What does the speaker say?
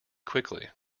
quickly